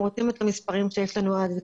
את המספרים שיש לנו עד כה?